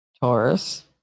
Taurus